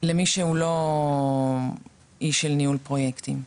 למי שהוא לא איש ניהול פרויקטים.